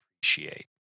appreciate